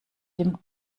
dem